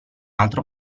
altro